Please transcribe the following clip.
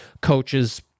coaches